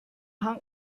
hang